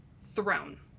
throne